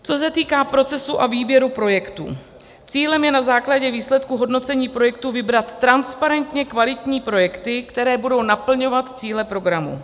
Co se týká procesu a výběru projektů, cílem je na základě výsledků hodnocení projektů vybrat transparentně kvalitní projekty, které budou naplňovat cíle programu.